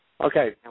Okay